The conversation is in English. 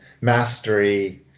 mastery